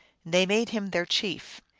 they made him their chief.